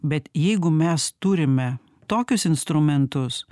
bet jeigu mes turime tokius instrumentus